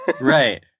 right